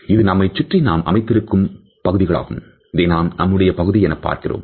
இது நம்மைச் சுற்றி நாம் அமைத்திருக்கும் பகுதிகளாகும் இதை நாம் நம்முடைய பகுதி என பார்க்கிறோம்